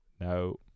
No